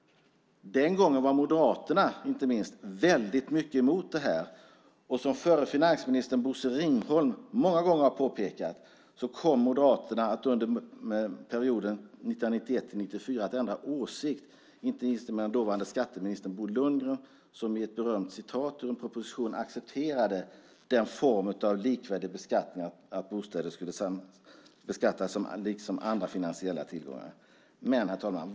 Den gången var inte minst Moderaterna väldigt starkt emot. Som förre finansministern Bosse Ringholm många gånger har påpekat kom Moderaterna att under perioden 1991-1994 ändra åsikt, inte minst dåvarande skatteminister Bo Lundgren, som i ett berömt citat i en proposition accepterade den form av likvärdig beskattning som innebar att bostäder skulle beskattas som andra finansiella tillgångar. Herr talman!